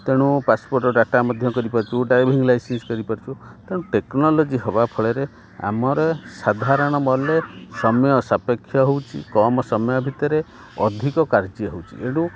ତେଣୁ passport data ମଧ୍ୟ କରିପାରୁଚୁ ଡ୍ରାଇଭିଂ ଲାଇସେନ୍ସ କରିପାରୁଛୁ ତେଣୁ ଟେକ୍ନୋଲୋଜି ହେବା ଫଳରେ ଆମର ସାଧାରଣ ସମୟ ସାପେକ୍ଷ ହେଉଛି କମ ସମୟ ଭିତରେ ଅଧିକ କାର୍ଯ୍ୟ ହେଉଛି